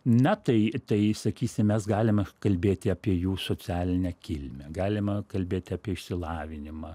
na tai tai sakysim mes galime kalbėti apie jų socialinę kilmę galima kalbėt apie išsilavinimą